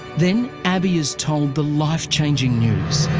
then abii is told the life-changing news.